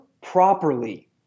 properly